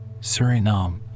Suriname